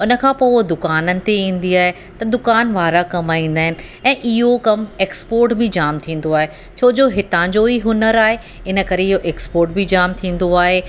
हुन खां पोइ उहा दुकाननि ते ईंदी आहे त दुकान वारा कमाईंदा आहिनि ऐं इहो कमु एक्सपोर्ट बि जाम थींदो आहे छो जो हितां जो ई हुनर आहे हिन करे इहो एक्सपोर्ट बि जाम थींदो आहे